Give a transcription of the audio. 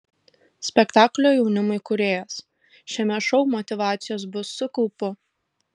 spektaklio jaunimui kūrėjas šiame šou motyvacijos bus su kaupu